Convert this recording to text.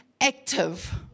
active